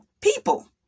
people